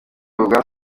bw’iyi